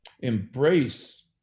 embrace